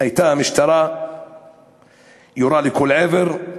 המשטרה ירתה לכל עבר.